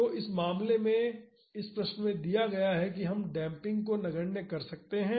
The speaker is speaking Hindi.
तो इस मामले में इस प्रश्न में यह दिया गया है कि हम डेम्पिंग को नगण्य कर सकते हैं